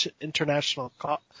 International